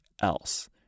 else